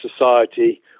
society